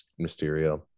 Mysterio